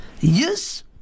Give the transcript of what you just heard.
Yes